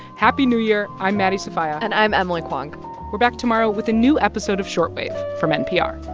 happy new year. i'm maddie sofia and i'm emily kwong we're back tomorrow with a new episode of short wave from npr